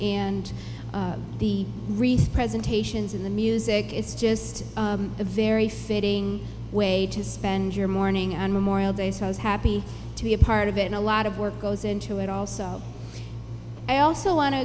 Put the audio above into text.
wreath presentations in the music it's just a very sitting way to spend your morning on memorial day so i was happy to be a part of it and a lot of work goes into it also i also want to